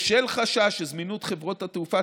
בשל חשש שזמינות חברות התעופה